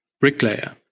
bricklayer